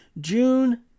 June